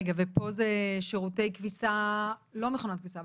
ופה זה שירותי כביסה לא מכונת כביסה,